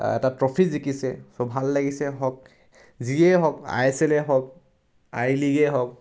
এটা ট্ৰফি জিকিছে চ' ভাল লাগিছে হওক যিয়ে হওক আই এছ এলেই হওক আই লিগেই হওক